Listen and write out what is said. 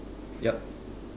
yup